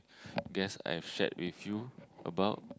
guess I shared with you about